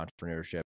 entrepreneurship